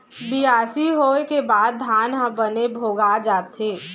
बियासी होय के बाद धान ह बने भोगा जाथे